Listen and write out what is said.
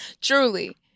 Truly